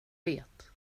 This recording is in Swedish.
vet